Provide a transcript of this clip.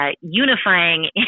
unifying